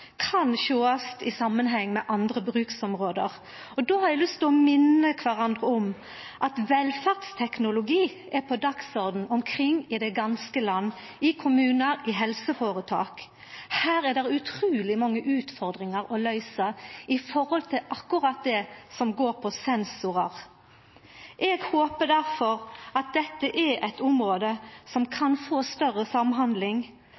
kan sjåast i samanheng med andre bruksområde. Då har eg lyst til å minna om at velferdsteknologi er på dagsordenen omkring i det ganske land, i kommunar, i helseføretak. Her er det utruleg mange utfordringar å løysa når det gjeld akkurat det som går på sensorar. Eg håpar derfor at dette er eit område som kan få større samhandling,